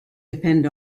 depend